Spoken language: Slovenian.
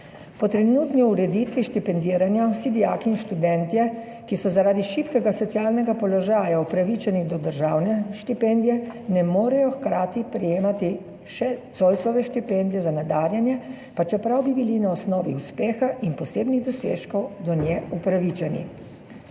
Po trenutni ureditvi štipendiranja vsi dijaki in študentje, ki so zaradi šibkega socialnega položaja upravičeni do državne štipendije, ne morejo hkrati prejemati še Zoisove štipendije za nadarjene, pa čeprav bi bili na osnovi uspeha in posebnih dosežkov do nje upravičeni.